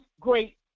great